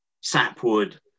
sapwood